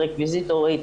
רקוויזיטורית,